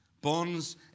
Bonds